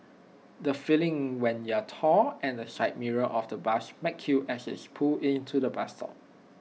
the feeling when you're tall and the side mirror of the bus smacks you as IT pulls into the bus stop